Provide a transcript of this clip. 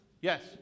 Yes